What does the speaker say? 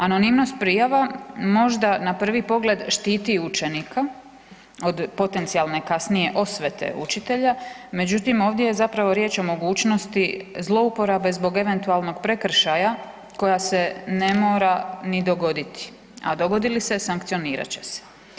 Anonimnost prijava možda na prvi pogled štiti učenika od potencijalne kasnije osvete učitelja, međutim ovdje je zapravo riječ o mogućnosti zlouporabe zbog eventualnog prekršaja koja se ne mora ni dogoditi, a dogodi li se sankcionirat će se.